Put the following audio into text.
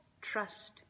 trust